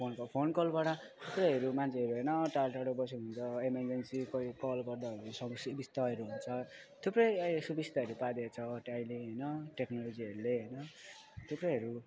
phone call phone कलबाट थुप्रैहरू मान्छेहरू होइन टाढो टाडो बसेको हुन्छ इमर्जेन्सी कोही कल गर्दाहरू सबै सुबिस्ताहरू हुन्छ थुप्रै सुबिस्ताहरू पारिदिएको छ ट्राइले होइन टेक्नोलोजीहरूले होइन थुप्रैहरू